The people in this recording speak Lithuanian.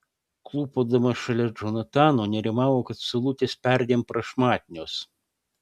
klūpodama šalia džonatano nerimavo kad saulutės perdėm prašmatnios